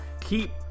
Keep